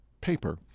paper